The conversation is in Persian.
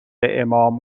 امام